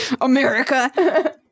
America